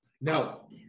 no